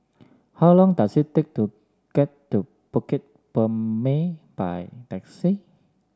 how long does it take to get to Bukit Purmei by taxi